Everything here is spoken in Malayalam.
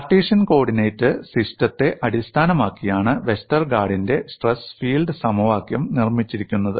കാർട്ടീഷ്യൻ കോർഡിനേറ്റ് സിസ്റ്റത്തെ അടിസ്ഥാനമാക്കിയാണ് വെസ്റ്റർഗാർഡിന്റെ സ്ട്രെസ് ഫീൽഡ് സമവാക്യം നിർമ്മിച്ചിരിക്കുന്നത്